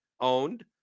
owned